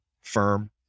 firm